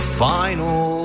final